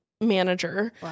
manager